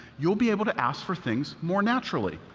you'll be able to ask for things more naturally.